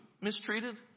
mistreated